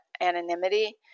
anonymity